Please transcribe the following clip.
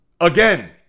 again